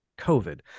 covid